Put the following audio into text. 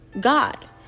God